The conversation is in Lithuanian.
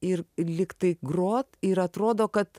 ir lyg tai grot ir atrodo kad